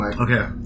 Okay